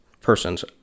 persons